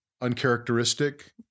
uncharacteristic